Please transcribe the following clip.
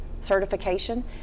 certification